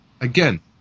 again